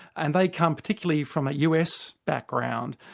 and they come particularly from a us background,